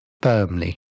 firmly